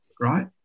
right